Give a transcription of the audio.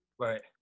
Right